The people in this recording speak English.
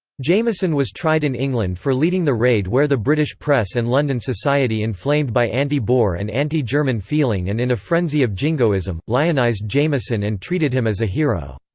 jameson was tried in england for leading the raid where the british press and london society inflamed by anti-boer and anti-german feeling and in a frenzy of jingoism, lionised jameson and treated him as a hero.